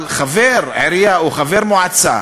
אבל חבר עירייה או חבר מועצה,